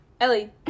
Ellie